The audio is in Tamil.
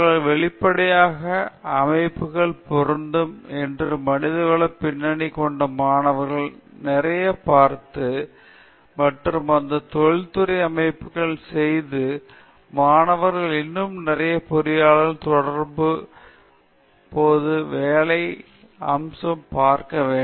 எனவே அவர்கள் வெளிப்படையாக அமைப்புகளை பொருந்தும் என்று மனிதவள பின்னணி கொண்ட மாணவர்கள் நிறைய பார்த்து மற்றும் அந்த தொழில்துறை அமைப்புகளை செய்து மாணவர்கள் இன்னும் நிறைய பொறியாளர்கள் தொடர்பு போது அவர்களின் வேலை அம்சம் பார்க்க ஒரு நல்ல நிலையில் அநேகமாக இருக்கும்